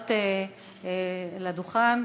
לעלות לדוכן.